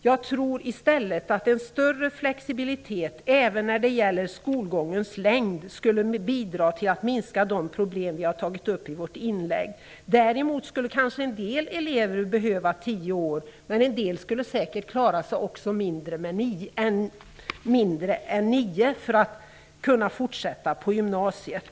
Jag tror i stället att en större flexibilitet även när det gäller skolgångens längd skulle bidra till att minska de problem jag har tagit upp. Däremot skulle kanske en del elever behöva tio års skolgång, medan en del skulle säkert klara sig med färre än nio år för att kunna fortsätta på gymnasiet.